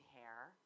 hair